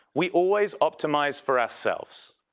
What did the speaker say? we always optimize for ourselves.